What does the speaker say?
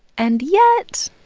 and yet.